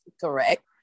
Correct